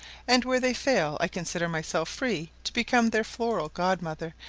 and where they fail i consider myself free to become their floral godmother,